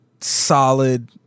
solid